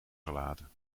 gelaten